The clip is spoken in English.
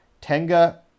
Tenga